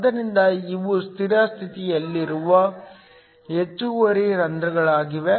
ಆದ್ದರಿಂದ ಇವು ಸ್ಥಿರ ಸ್ಥಿತಿಯಲ್ಲಿರುವ ಹೆಚ್ಚುವರಿ ರಂಧ್ರಗಳಾಗಿವೆ